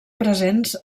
presents